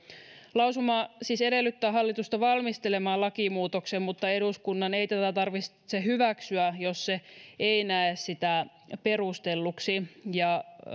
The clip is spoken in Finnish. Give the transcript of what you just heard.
lausuma siis edellyttää hallitusta valmistelemaan lakimuutoksen mutta eduskunnan ei tätä tarvitse hyväksyä jos se ei näe sitä perustelluksi